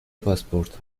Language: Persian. پاسپورت